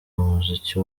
muziki